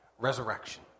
resurrection